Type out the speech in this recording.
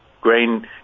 grain